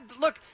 Look